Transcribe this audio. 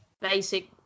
basic